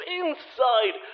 inside